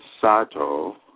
sato